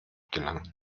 gelangen